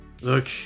Look